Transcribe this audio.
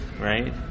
right